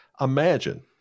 imagine